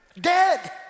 Dead